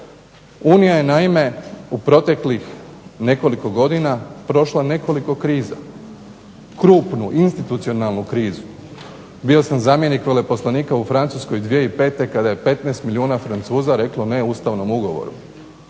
Unija je naime u proteklih nekoliko godina prošla nekoliko kriza, krupnu, institucionalnu krizu. Bio sam zamjenik veleposlanika u Francuskoj 2005. kada je 15 milijuna Francuza reklo "ne" ustavnom ugovoru.